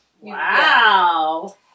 Wow